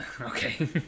okay